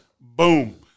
Boom